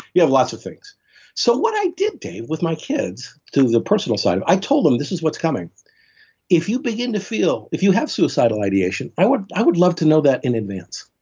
you have lots of things so what i did, dave, with my kids, to the personal side, i told them, this is what's coming if you begin to feel, if you have suicidal ideation, i would i would love to know that in advance.